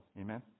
Amen